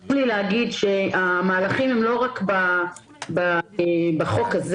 חשוב לי להגיד שהמהלכים הם לא רק בחוק הזה,